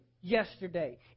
yesterday